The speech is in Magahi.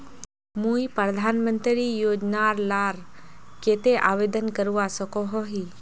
मुई प्रधानमंत्री योजना लार केते आवेदन करवा सकोहो ही?